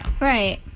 Right